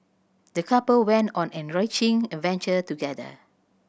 the couple went on an enriching adventure together